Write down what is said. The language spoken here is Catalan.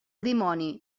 dimoni